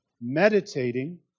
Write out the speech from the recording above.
meditating